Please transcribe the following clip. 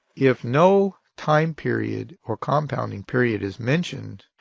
if no time period or compounding period is mentioned,